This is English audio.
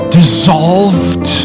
dissolved